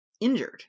injured